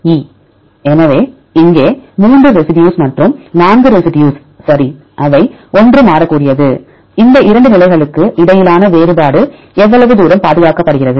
E எனவே இங்கே மூன்று ரெசிடியூஸ் மற்றும் நான்கு ரெசிடியூஸ் சரி அவை ஒன்று மாறக்கூடியது இந்த இரண்டு நிலைகளுக்கு இடையிலான வேறுபாடு எவ்வளவு தூரம் பாதுகாக்கப்படுகிறது